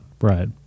Right